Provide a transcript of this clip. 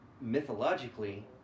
mythologically